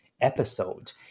episode